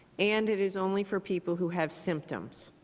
and it is only for people who have symptoms.